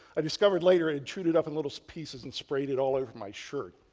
i discovered later, it chewed it up in little pieces and sprayed it all over my shirt.